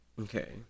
Okay